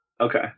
okay